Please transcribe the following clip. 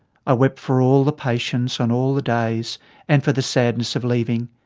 ah wept for all the patients, on all the days and for the sadness of leaving.